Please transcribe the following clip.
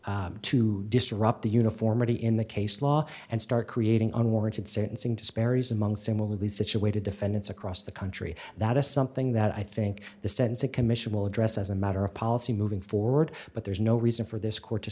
to disrupt the uniformity in the case law and start creating unwarranted sentencing disparities among similarly situated defendants across the country that is something that i think the sense of commission will address as a matter of policy moving forward but there's no reason for this court to